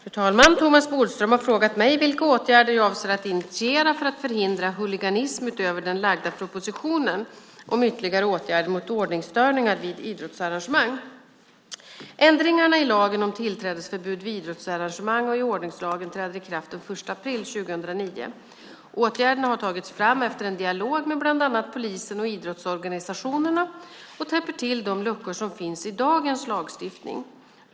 Fru talman! Thomas Bodström har frågat mig vilka åtgärder jag avser att initiera för att förhindra huliganism utöver den lagda propositionen om ytterligare åtgärder mot ordningsstörningar vid idrottsarrangemang. Ändringarna i lagen om tillträdesförbud vid idrottsarrangemang och i ordningslagen träder i kraft den 1 april 2009. Åtgärderna har tagits fram efter en dialog med bland andra polisen och idrottsorganisationerna och täpper till de luckor som finns i dagens lagstiftning.